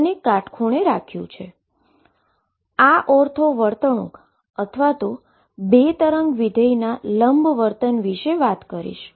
તેથી આ પ્રથમ હું ઓર્થો વર્તણૂક અથવા તો બે વેવ ફંક્શનના પરપેન્ડીક્યુલર વર્તન વિશે વાત કરીશ